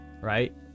right